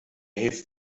hilft